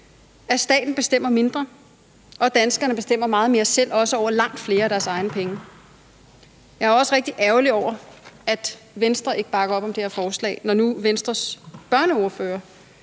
at staten bestemmer mindre, og at danskerne bestemmer meget mere selv, også over langt flere af deres egne penge. Jeg er også rigtig ærgerlig over, at Venstre ikke bakker op om det her forslag, når nu Venstres børneordfører